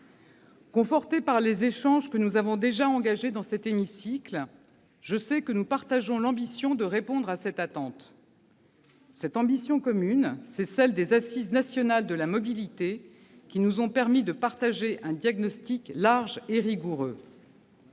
Confortée par les échanges que nous avons déjà engagés dans cet hémicycle, je sais que nous partageons l'ambition de répondre à cette attente. Cette ambition commune est aussi celle des Assises nationales de la mobilité, qui nous ont permis de partager un diagnostic large et rigoureux.